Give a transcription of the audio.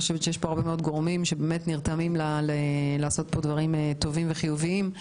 אני חושבת שיש פה הרבה גורמים שנרתמים לעשות פה דברים טובים וחיוביים,